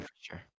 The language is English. sure